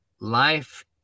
life